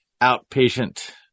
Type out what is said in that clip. Outpatient